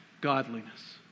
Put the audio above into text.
godliness